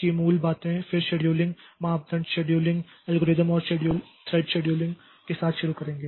की मूल बातें फिर शेड्यूलिंग मानदंड शेड्यूलिंग एल्गोरिदम और थ्रेड शेड्यूलिंग के साथ शुरू करेंगे